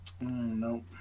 Nope